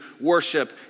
worship